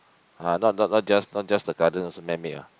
ah not not not just not just the gardens also man made ah